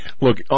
look